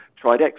tried